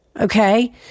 okay